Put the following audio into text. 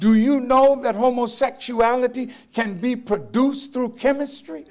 do you know that homosexuality can be produced through chemistry